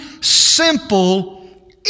simple